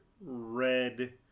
red